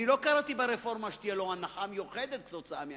אני לא קראתי ברפורמה שתהיה לו הנחה מיוחדת כתוצאה מהרפורמה,